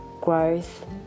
growth